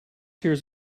hears